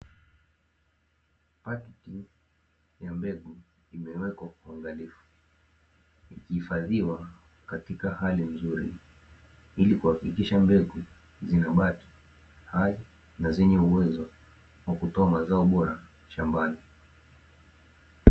Pakiti ya mbegu imewekwa kwa uangalifu, ikihifadhiwa katika hali nzuri, ili kuhakikisha mbegu zinabaki hai, na zenye uwezo wa kutoa mazao bora shambani.